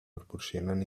proporcionen